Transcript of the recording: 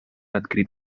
adquirit